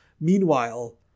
Meanwhile